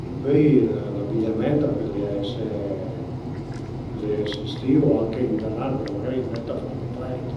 e pöi l'abigliament a pudrìa ese pudrìa ese estiu e anche invernal perché magari d'nöit a fa anche freit